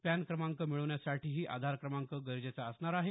pan क्रमांक मिळवण्यासाठीही आधार क्रमांक गरजेचं असणार आहे